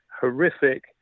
horrific